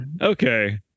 Okay